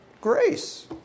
grace